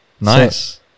Nice